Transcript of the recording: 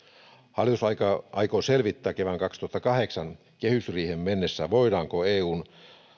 hallitus aikoo selvittää kevään kaksituhattakahdeksantoista kehysriiheen mennessä voidaanko eun